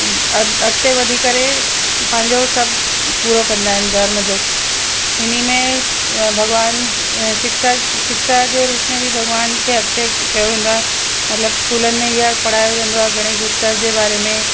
अॻिते वधी करे पंहिंजो सभु पूरो कंदा आहिनि धर्म जो हिन में भॻवान शिक्षा शिक्षा जे रूप में बि भॻवान खे अॻिते कयो वेंदो आहे मतिलबु स्कूलनि में ईअं पढ़ायो वेंदो आहे गणेश उत्सव जे बारे में